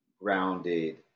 grounded